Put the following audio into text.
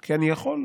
כי אני יכול.